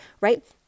right